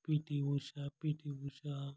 P T Usha P T Usha